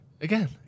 again